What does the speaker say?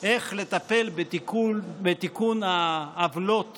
איך לטפל בתיקון העוולות